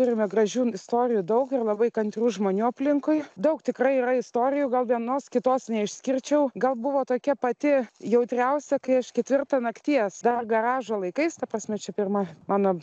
turime gražių istorijų daug ir labai kantrių žmonių aplinkui daug tikrai yra istorijų gal vienos kitos neišskirčiau gal buvo tokia pati jautriausia kai aš ketvirtą nakties dar garažo laikais ta prasme čia pirma mano